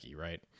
right